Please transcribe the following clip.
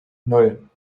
nan